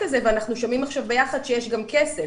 הזה ואנחנו שומעים עכשיו ביחד שגם יש כסף.